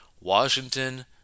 Washington